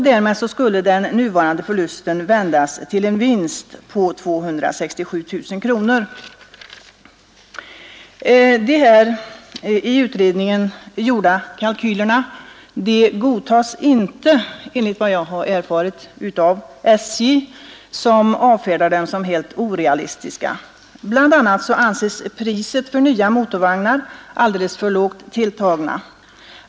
Därmed skulle den nuvarande förlusten vändas till en vinst på 267 000 kronor. De i utredningen gjorda kalkylerna godtas inte — enligt vad jag erfarit — av SJ, som avfärdar dem som helt orealistiska. Bl. a. anses priset för nya motorvagnar alldeles för lågt tilltaget.